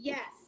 Yes